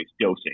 dosing